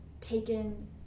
taken